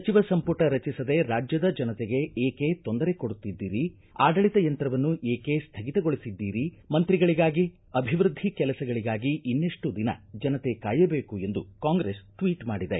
ಸಚಿವ ಸಂಪುಟ ರಚಿಸದೇ ರಾಜ್ಯದ ಜನತೆಗೆ ಏಕೆ ತೊಂದರೆ ಕೊಡುತ್ತಿದ್ದೀರಿ ಆಡಳಿತ ಯಂತ್ರವನ್ನು ಏಕೆ ಸ್ಥಗಿತಗೊಳಿಸಿದ್ದೀರಿ ಮಂತ್ರಿಗಳಿಗಾಗಿ ಅಭಿವೃದ್ಧಿ ಕೆಲಸಗಳಿಗಾಗಿ ಇನ್ನೆಷ್ಟು ದಿನ ಜನತೆ ಕಾಯಬೇಕು ಎಂದು ಕಾಂಗ್ರೆಸ್ ಟ್ವೀಟ್ ಮಾಡಿದೆ